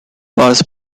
bars